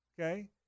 okay